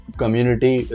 community